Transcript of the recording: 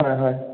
হয় হয়